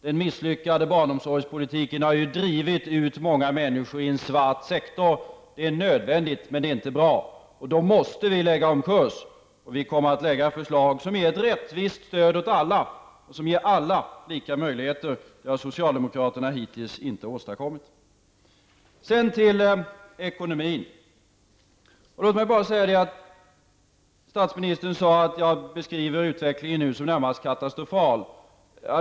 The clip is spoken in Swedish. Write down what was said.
Den misslyckade barnomsorgspolitiken har drivit ut många människor i en svart sektor; det har varit nödvändigt att anlita svart arbetskraft, men det är inte bra, och då måste vi lägga om kurs. Vi kommer att lägga fram förslag som ger ett rättvist stöd åt alla, som ger alla lika möjligheter -- det har socialdemokraterna hittills inte åstadkommit. Sedan till ekonomin. Statsministern sade att jag beskriver utvecklingen som närmast katastrofal.